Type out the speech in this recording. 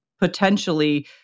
potentially